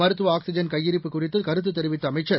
மருத்துவ ஆக்ஸிஜன் கையிருப்பு குறித்து கருத்து தெரிவித்த அமைச்சர்